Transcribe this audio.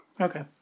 okay